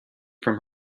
from